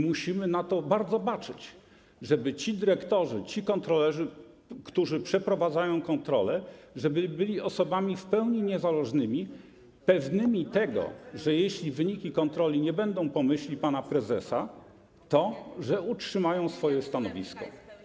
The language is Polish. Musimy bardzo baczyć na to, żeby ci dyrektorzy, ci kontrolerzy, którzy przeprowadzają kontrolę, byli osobami w pełni niezależnymi, pewnymi tego, że jeśli wyniki kontroli nie będą po myśli pana prezesa, to utrzymają swoje stanowisko.